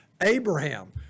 Abraham